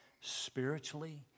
spiritually